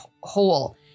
whole